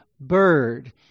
bird